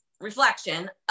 reflection